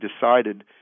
decided